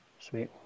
Sweet